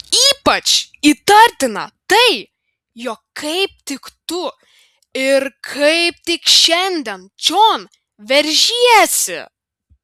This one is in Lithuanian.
ypač įtartina tai jog kaip tik tu ir kaip tik šiandien čion veržiesi